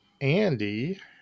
Andy